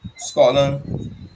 Scotland